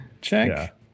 check